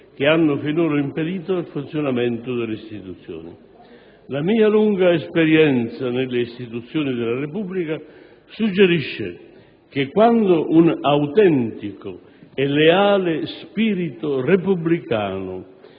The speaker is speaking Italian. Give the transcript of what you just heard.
che hanno finora impedito il funzionamento delle istituzioni. La mia lunga esperienza nelle istituzioni della Repubblica suggerisce che quando un autentico e leale spirito repubblicano